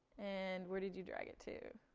and where did you drag it to?